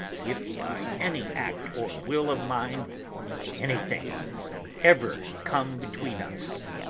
if by any act or will of mine anything ever come between us!